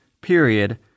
period